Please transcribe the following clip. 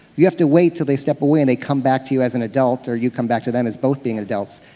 you have to wait until they step away and they come back to you as an adult, or you come back to them as both being adults.